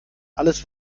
alles